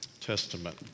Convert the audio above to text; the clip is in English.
Testament